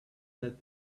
that